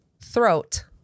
Throat